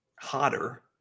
hotter